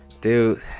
Dude